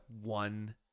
one